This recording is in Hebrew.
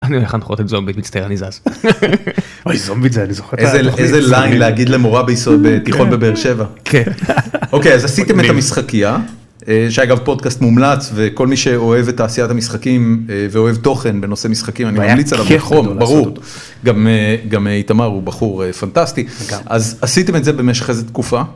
אני הולך להנחות את זומביט, מצטער אני זז. אוי זומביט זה אני זוכר. איזה ליים להגיד למורה בתיכון בבאר שבע. כן. אוקיי אז עשיתם את המשחקייה, שהיה אגב פודקאסט מומלץ וכל מי שאוהב את תעשיית המשחקים ואוהב תוכן בנושא משחקים אני ממליץ עליו, ברור. גם איתמר הוא בחור פנטסטי, אז עשיתם את זה במשך איזו תקופה.